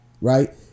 right